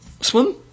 Swim